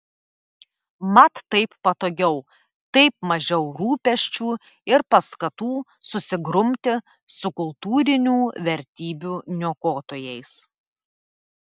mat taip patogiau taip mažiau rūpesčių ir paskatų susigrumti su kultūrinių vertybių niokotojais